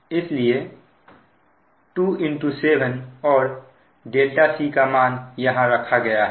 इसलिए 2 7और c का मान यहां रखा गया है